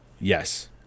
yes